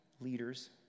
leaders